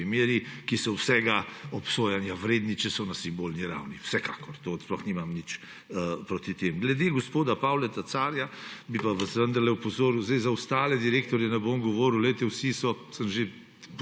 primeri, ki so vsega obsojanja vredni, če so na simbolni ravni, vsekakor, sploh nimam nič proti temu. Glede gospoda Pavleta Carja bi pa vas vendarle opozoril. Za ostale direktorje ne bom govoril, glejte, sem že